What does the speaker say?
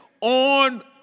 on